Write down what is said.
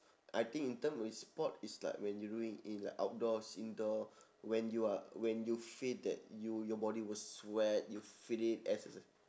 I think in term in sport is like when you doing in like outdoors indoor when you are when you feel that you your body will sweat you feel it as